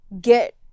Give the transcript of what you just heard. get